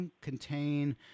contain